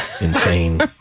insane